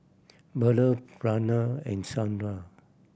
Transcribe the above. Bellur Pranav and Sundar